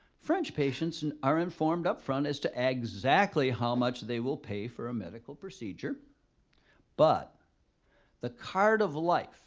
french patients and are informed up front as to exactly how much they will pay for a medical procedure but the card of life